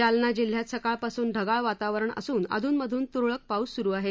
जालना जिल्ह्यात सकाळपासून ढगाळ वातावरण असून अधूनमधून तुरळक पाऊस सुरु आहे